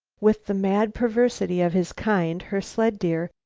with the mad perversity of his kind, her sled deer,